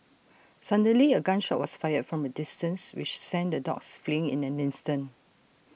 suddenly A gun shot was fired from A distance which sent the dogs fleeing in an instant